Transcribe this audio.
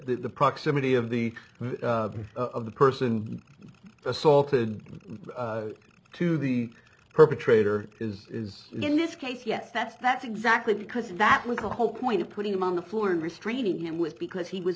the proximity of the of the person assaulted to the perpetrator is in this case yes that's that's exactly because that was the whole point of putting him on the floor and restraining him was because he was